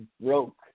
broke